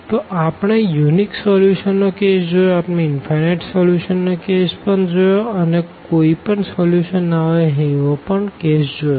તો આપણે unique solution નો કેસ જોયો આપણે ઇનફાઈનાઈટ સોલ્યુશન નો કેસ પણ જોયો અને કોઈ પણ સોલ્યુશન ના હોઈ એવો પણ કેસ જોયો